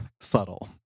subtle